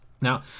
Now